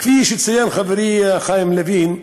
כפי שציין חברי חיים לוין,